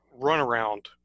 Runaround